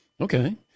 okay